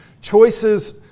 Choices